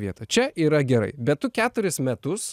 vietą čia yra gerai bet tu keturis metus